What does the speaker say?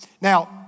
Now